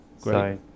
Great